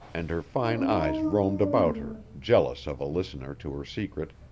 and her fine eyes roamed about her jealous of a listener to her secret,